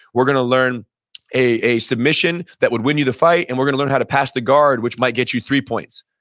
we're going to learn a submission that would win you the fight, and we're going to learn how to pass the guard, which might get you three points.